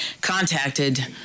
contacted